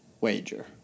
Wager